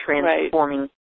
transforming